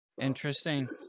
Interesting